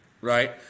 right